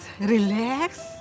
relax